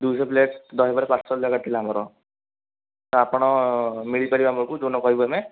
ଦୁଇଶହ ପ୍ଳେଟ୍ ଦହିବରା ପାର୍ସଲ୍ ନେବାର ଥିଲା ଆମର ତ ଆପଣ ମିଳିପାରିବ ଆମକୁ ଯେଉଁଦିନ କହିବୁ ଆମେ